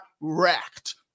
wrecked